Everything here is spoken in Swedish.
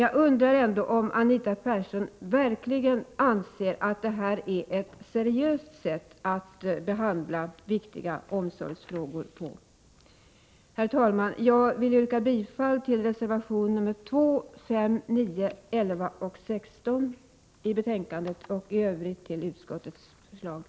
Jag undrar om Anita Persson verkligen anser att detta är ett seriöst sätt att behandla viktiga omsorgsfrågor på. Herr talman! Jag vill yrka bifall till reservation 2, 5, 9, 11 och 16 i betänkande 23 och i övrigt till utskottets hemställan.